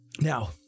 now